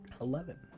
Eleven